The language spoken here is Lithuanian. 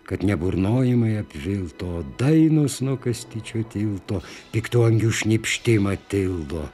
kad ne burnojimai apvilto dainos nuo kastyčio tilto piktų angių šnypštimą tildo